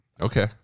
Okay